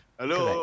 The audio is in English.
hello